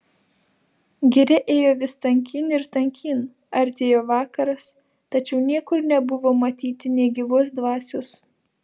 giria ėjo vis tankyn ir tankyn artėjo vakaras tačiau niekur nebuvo matyti nė gyvos dvasios